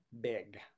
Big